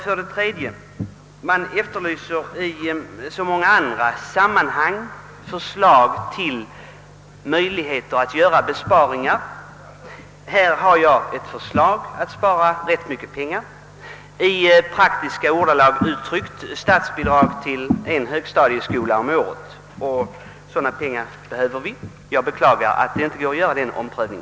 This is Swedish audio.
För det tredje efterlyser man i så många andra sammanhang förslag till besparingar. Här gör jag ett förslag syftande till att spara rätt mycket pengar, i praktiska ordalag uttryckt: statsbidrag till en högstadieskola om året. Dessa pengar behöver vi. Jag beklagar därför att det inte går att göra denna omprövning.